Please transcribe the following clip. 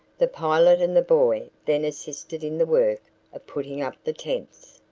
the pilot and the boy then assisted in the work of putting up the tents,